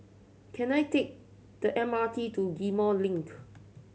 can I take the M R T to Ghim Moh Link